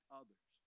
others